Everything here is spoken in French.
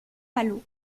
malo